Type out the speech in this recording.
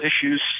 issues